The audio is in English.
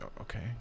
Okay